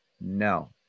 No